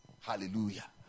Hallelujah